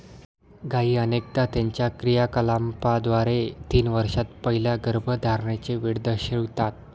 गायी अनेकदा त्यांच्या क्रियाकलापांद्वारे तीन वर्षांत पहिल्या गर्भधारणेची वेळ दर्शवितात